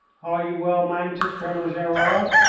are you well mounted, colonel gerard?